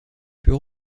peut